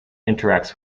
interacts